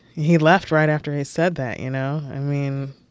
he left right after he said that, you know? i mean.